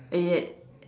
yet